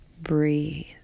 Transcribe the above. breathe